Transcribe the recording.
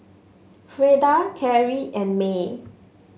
Freda Cary and May